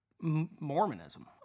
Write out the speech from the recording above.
Mormonism